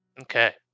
Okay